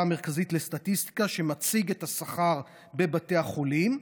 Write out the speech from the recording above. המרכזית לסטטיסטיקה שמציג את השכר בבתי החולים.